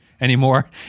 anymore